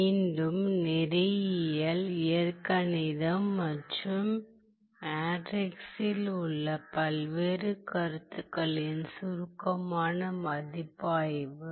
மீண்டும் நேரியல் இயற்கணிதம் மற்றும் மேட்ரிக்ஸில் உள்ள பல்வேறு கருத்துகளின் சுருக்கமான மதிப்பாய்வு